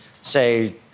say